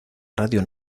radio